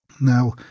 Now